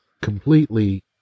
completely